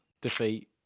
defeat